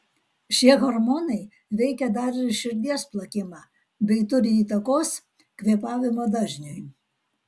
šie hormonai veikia dar ir širdies plakimą bei turi įtakos kvėpavimo dažniui